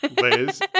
Liz